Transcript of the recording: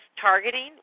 targeting